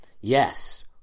Yes